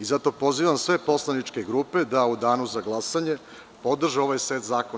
i zato pozivam sve poslaničke grupe da u danu za glasanje podrže ovaj set zakona.